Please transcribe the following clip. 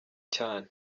cyane